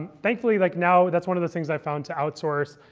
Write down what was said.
thankfully, like now, that's one of the things i've found to outsource.